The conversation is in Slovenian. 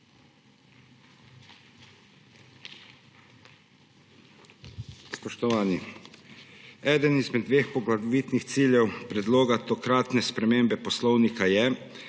Spoštovani! Eden izmed dveh poglavitnih ciljev predloga tokratne spremembe Poslovnika je,